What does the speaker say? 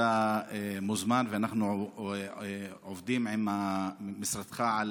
אתה מוזמן ואנחנו עובדים עם משרדך על